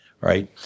right